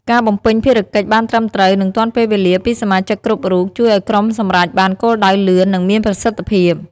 ការបំពេញភារកិច្ចបានត្រឹមត្រូវ និងទាន់ពេលវេលាពីសមាជិកគ្រប់រូប ជួយឱ្យក្រុមសម្រេចបានគោលដៅលឿន និងមានប្រសិទ្ធភាព។